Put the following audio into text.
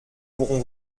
pourrons